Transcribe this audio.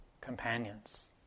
companions